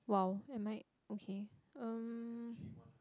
!wow! am I okay um